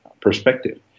perspective